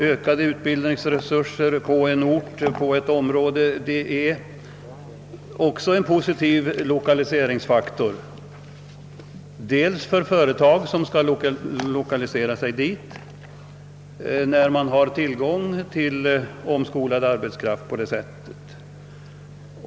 Ökade utbildningsresurser inom ett område är väl också en positiv lokaliseringsfaktor, i första hand för de företag som skall lokalisera sig dit eftersom de får tillgång till omskolad arbetskraft på det sättet.